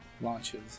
Launches